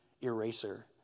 eraser